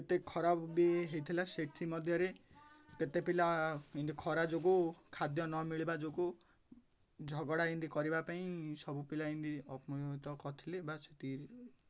ଏତେ ଖରାପ ବି ହେଇଥିଲା ସେଥି ମଧ୍ୟରେ କେତେ ପିଲା ଏମିତି ଖରା ଯୋଗୁଁ ଖାଦ୍ୟ ନ ମିଳିବା ଯୋଗୁଁ ଝଗଡ଼ା ଏମିତି କରିବା ପାଇଁ ସବୁ ପିଲା ଏମିତି ଅପମାନିତ କରିଥିଲେ ବାସ୍ ଏତିକି